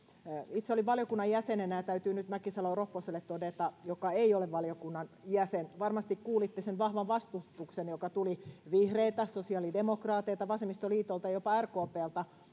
itse olin valiokunnan jäsenenä ja täytyy nyt todeta mäkisalo ropposelle joka ei ole valiokunnan jäsen varmasti kuulitte sen vahvan vastustuksen joka tuli vihreiltä sosiaalidemokraateilta vasemmistoliitolta jopa rkpltä